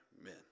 amen